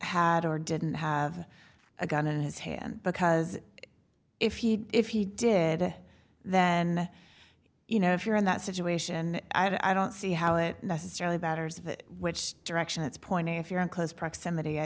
had or didn't have a gun in his hand because if he if he did then you know if you're in that situation i don't see how it necessarily batters of which direction it's pointing if you're in close proximity i